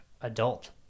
adult